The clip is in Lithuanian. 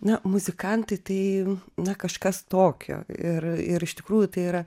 na muzikantai tai na kažkas tokio ir ir iš tikrųjų tai yra